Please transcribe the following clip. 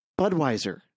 Budweiser